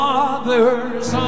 Father's